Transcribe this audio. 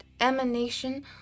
emanation